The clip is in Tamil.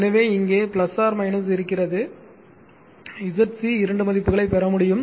எனவே இங்கே இருக்கிறதுZC இரண்டு மதிப்புகளை பெற முடியும்